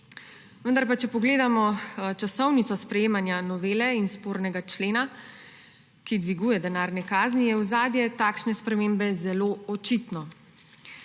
Vendar pa če pogledamo časovnico sprejemanja novele in spornega člena, ki dviguje denarne kazni, je ozadje takšne spremembe zelo očitno.